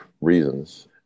reasons